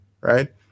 right